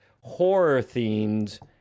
horror-themed